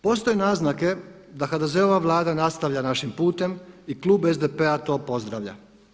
Postoje naznake da HDZ-ova vlada nastavlja našim putem i klub SDP-a to pozdravlja.